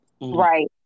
Right